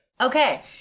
Okay